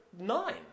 nine